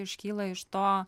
iškyla iš to